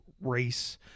race